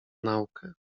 naukę